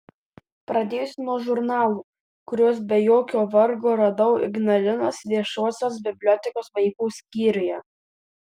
pradėsiu nuo žurnalų kuriuos be jokio vargo radau ignalinos viešosios bibliotekos vaikų skyriuje